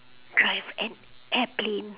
drive an airplane